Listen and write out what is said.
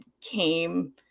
came